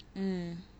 mm